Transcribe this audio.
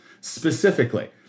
Specifically